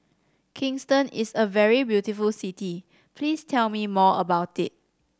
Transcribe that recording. Kingston is a very beautiful city please tell me more about it